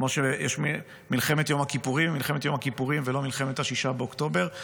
כמו שיש מלחמת יום הכיפורים ולא מלחמת 6 באוקטובר,